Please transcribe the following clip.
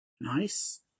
Nice